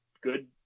good